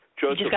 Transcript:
Joseph